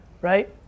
right